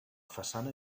façana